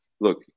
look